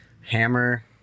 Hammer